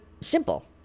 simple